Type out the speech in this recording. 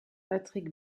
patrick